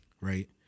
right